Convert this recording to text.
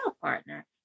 partner